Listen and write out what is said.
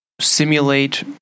simulate